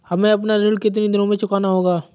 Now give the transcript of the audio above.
हमें अपना ऋण कितनी दिनों में चुकाना होगा?